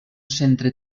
centre